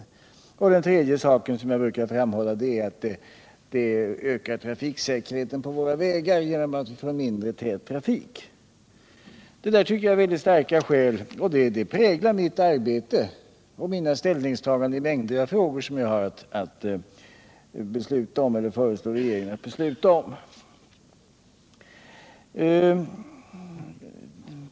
Det tredje skälet är att den kollektiva trafiken ökar trafiksäkerheten på vägarna genom att vi får mindre tät trafik. Detta tycker jag är väldigt starka skäl, och de präglar mitt arbete och mina ställningstaganden i en mängd frågor som jag har att föreslå regeringen att besluta om.